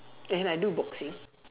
and I do boxing